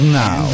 now